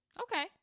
Okay